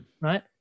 right